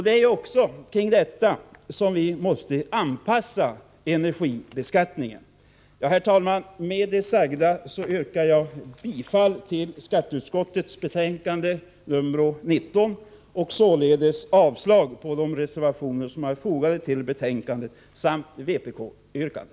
Det är också till detta som vi måste anpassa energibeskattningen. Herr talman! Med det sagda yrkar jag bifall till hemställan i skatteutskottets betänkande 19 och avslag på de reservationer som är fogade till betänkandet samt på vpk:s yrkande.